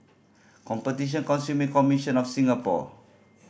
Competition Consumer Commission of Singapore